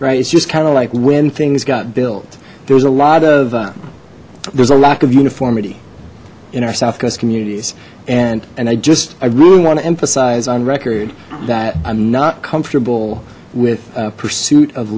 right it's just kind of like when things got built there's a lot of there's a lack of uniformity in our south coast communities and and i just i really want to emphasize on record that i'm not comfortable with pursuit of